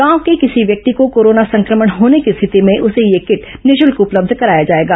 गांव के किसी व्यक्ति को कोरोना संक्रमण होने की स्थिति में उसे यह किट निःशुल्क उपलब्ध कराया जाएगा